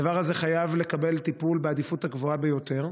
הדבר הזה חייב לקבל טיפול בעדיפות הגבוהה ביותר.